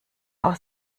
aus